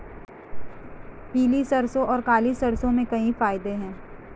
पीली सरसों और काली सरसों में कोई भेद है?